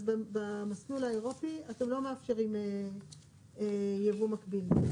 אז במסלול האירופי אתם לא מאפשרים יבוא מקביל.